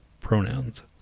pronouns